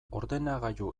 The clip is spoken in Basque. ordenagailu